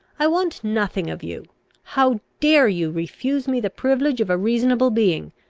i want nothing of you how dare you refuse me the privilege of a reasonable being,